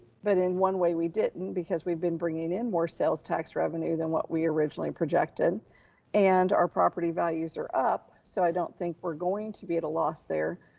but in one way, we didn't, because we've been bringing in more sales tax revenue than what we originally projected and our property values are up. so i don't think we're going to be at a loss there,